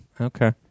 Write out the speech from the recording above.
Okay